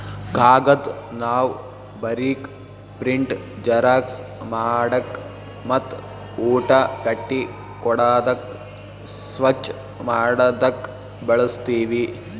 ಕಾಗದ್ ನಾವ್ ಬರೀಕ್, ಪ್ರಿಂಟ್, ಜೆರಾಕ್ಸ್ ಮಾಡಕ್ ಮತ್ತ್ ಊಟ ಕಟ್ಟಿ ಕೊಡಾದಕ್ ಸ್ವಚ್ಚ್ ಮಾಡದಕ್ ಬಳಸ್ತೀವಿ